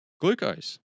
glucose